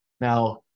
now